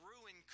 ruin